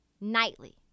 nightly